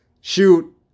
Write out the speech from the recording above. Shoot